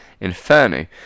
Inferno